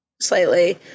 slightly